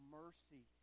mercy